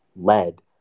led